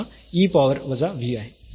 तेव्हा ते e power वजा v आहे